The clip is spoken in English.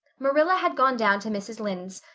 marilla had gone down to mrs. lynde's,